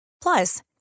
Plus